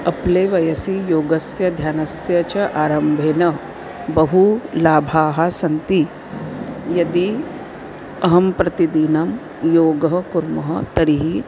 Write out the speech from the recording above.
Apple वयसि योगस्य ध्यानस्य च आरम्भेन बहु लाभाः सन्ति यदि अहं प्रतिदिनं योगः कुर्मः तर्हि